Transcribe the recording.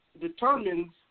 determines